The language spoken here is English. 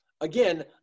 Again